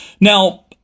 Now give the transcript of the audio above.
Now